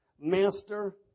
master